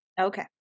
Okay